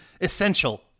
Essential